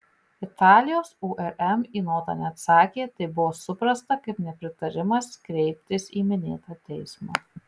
italijos urm į notą neatsakė tai buvo suprasta kaip nepritarimas kreiptis į minėtą teismą